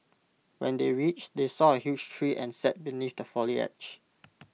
when they reached they saw A huge tree and sat beneath the foliage